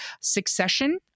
Succession